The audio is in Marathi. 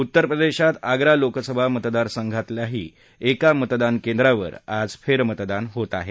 उत्तरप्रदेशात आग्रा लोकसभा मतदारसंघातल्याही एका मतदान केंद्रावर आज फेरमतदान होत आहे